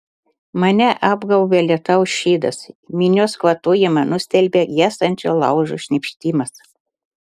mane apgaubia lietaus šydas minios kvatojimą nustelbia gęstančio laužo šnypštimas